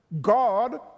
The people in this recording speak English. God